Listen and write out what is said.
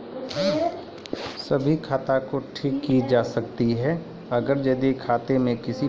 सभ्भे खाता से जुड़लो गलती के देखि के ठीक करै के कोशिश